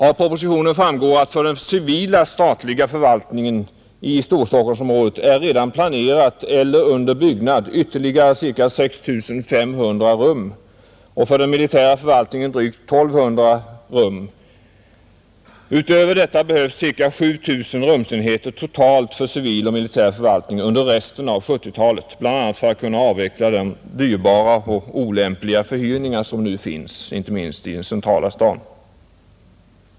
Av propositionen framgår att för den civila statliga förvaltningen i Storstockholmsområdet är redan planerade eller under byggnad ytterligare ca 6 500 rum och för den militära förvaltningen drygt 1 200 rum. Utöver detta behövs ca 7 000 rumsenheter totalt för civil och militär förvaltning under resten av 1970-talet, bl.a. för att kunna avveckla de dyrbara och olämpliga förhyrningarna av lokaler, inte minst i den centrala staden.